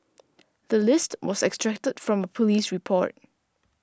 the list was extracted from a police report